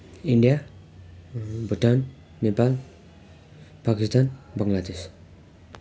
India Bhutan Nepal Pakistan Bangladesh